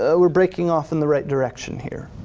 ah we're breaking off in the right direction here.